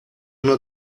uno